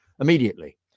immediately